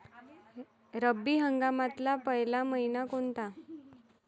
रब्बी हंगामातला पयला मइना कोनता?